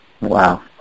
Wow